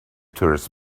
tourists